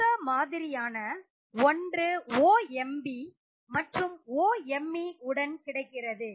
ஒத்த மாதிரியான ஒன்று OMb மற்றும் OMe உடன் கிடைக்கிறது